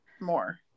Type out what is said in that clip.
more